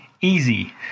easy